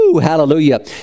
Hallelujah